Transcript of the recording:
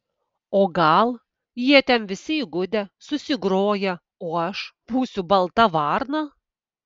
o gal jie ten visi įgudę susigroję o aš būsiu balta varna